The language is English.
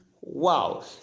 Wow